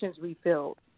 refilled